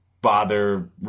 bother